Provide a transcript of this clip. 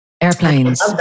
Airplanes